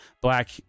black